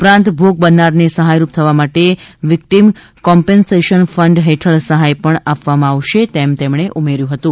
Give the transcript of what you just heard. ઉપરાંત ભોગ બનનારને સહાયરૂપ થવા માટે વિક્ટીમ કોમ્પેનસેશન ફંડ હેઠળ સહાય પણ આપવામાં આવશે તેમ તેમણે ઉમેર્યું હતું